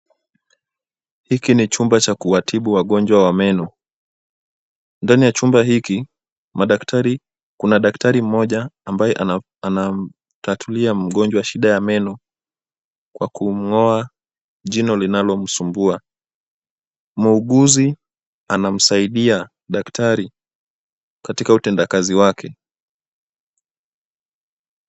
Hiki ni chumba cha kuwatibu wagonjwa wa meno. Ndani ya chumba hiki kuna daktari mmoja ambaye anamtatulia mgonjwa shida ya meno kwa kumng'oa jino linalomsumbua. Muuguzi anamsaidia daktari katika utendakazi wake.